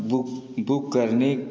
book book करने